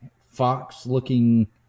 fox-looking